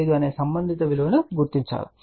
45 అనే సంబంధిత విలువను గుర్తించండి